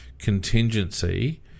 contingency